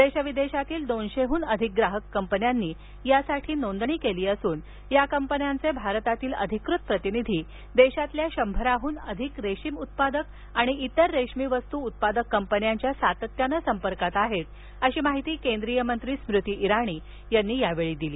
देशविदेशातील दोनशेहून अधिक ग्राहक कंपन्यांनी यासाठी नोंदणी केली असून या कंपन्यांचे भारतातील अधिकृत प्रतिनिधी देशातल्या शंभराहून अधिक रेशीम उत्पादक आणि इतर रेशमी वस्तू उत्पादक कंपन्यांच्या सातत्यानं संपर्कात आहेत अशी माहिती केंद्रीय मंत्री स्मृती इराणी यांनी यावेळी दिली